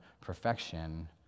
perfection